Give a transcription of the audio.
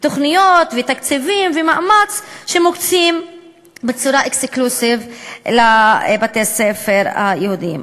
תוכניות ותקציבים ומאמץ שמוקצים בצורה אקסקלוסיבית לבתי-הספר היהודיים.